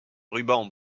rubans